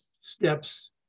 steps